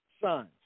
sons